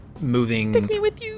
moving